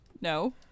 No